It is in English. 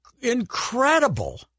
incredible—